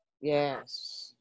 yes